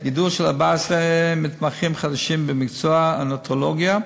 גידול של 14 מתמחים חדשים במקצוע הנאונטולוגיה,